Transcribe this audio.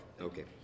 Okay